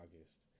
august